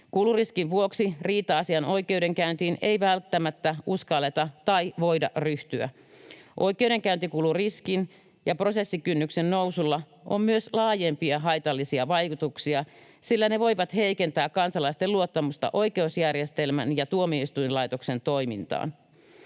Kuluriskin vuoksi riita-asian oikeudenkäyntiin ei välttämättä uskalleta tai voida ryhtyä. Oikeudenkäyntikuluriskin ja prosessikynnyksen nousulla on myös laajempia haitallisia vaikutuksia, sillä ne voivat heikentää kansalaisten luottamusta oikeusjärjestelmän ja tuomioistuinlaitoksen toimintaan.